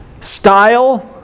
Style